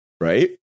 right